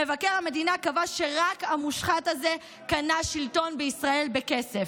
מבקר המדינה קבע שרק המושחת הזה קנה שלטון בישראל בכסף,